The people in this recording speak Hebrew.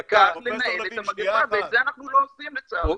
צריך לנהל את המגפה, ואת זה אנחנו לא עושים לצערי.